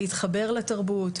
להתחבר לתרבות,